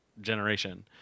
generation